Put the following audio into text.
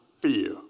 fear